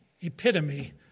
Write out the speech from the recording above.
epitome